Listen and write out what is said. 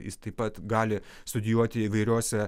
jis taip pat gali studijuoti įvairiose